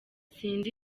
sinzi